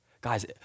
Guys